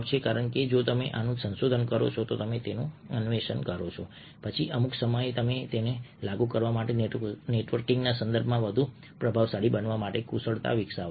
કારણ કે જો તમે આનું સંશોધન કરો છો જો તમે આનું અન્વેષણ કરો છો તો પછી અમુક સમયે તમે તેને લાગુ કરવા અને નેટવર્કિંગના સંદર્ભમાં વધુ પ્રભાવશાળી બનવા માટે કુશળતા વિકસાવશો